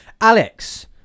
alex